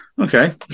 okay